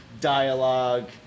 dialogue